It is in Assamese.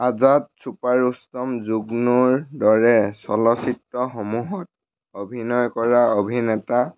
আজাদ ছুপা ৰুস্তম জুগ্নুৰ দৰে চলচ্চিত্ৰসমূহত অভিনয় কৰা অভিনেতা